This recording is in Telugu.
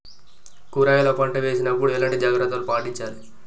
కూరగాయల పంట వేసినప్పుడు ఎలాంటి జాగ్రత్తలు పాటించాలి?